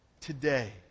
today